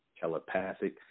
telepathic